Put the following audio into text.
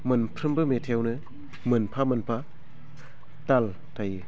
मोनफ्रोबबो मेथाइयावनो मोनफा मोनफा ताल थायो